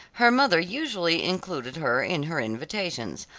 her mother usually included her in her invitations,